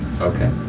Okay